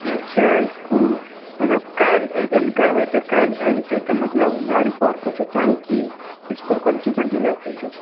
अच्छा इसकुल मतलब काल्हि अयबै ने करबै तऽ काल्हि भए जेतै तऽ मतलब हमरा आरु आओर किछो चाही कि इसकुल कोन चीज कोन चीज लए कऽ अयबै